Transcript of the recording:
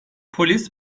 polis